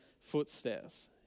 footsteps